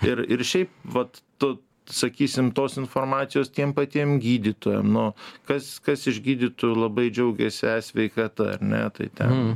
ir ir šiaip vat tu sakysim tos informacijos tiem patiem gydytojam nu kas kas iš gydytojų labai džiaugėsi e sveikata ar ne tai ten